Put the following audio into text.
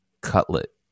cutlet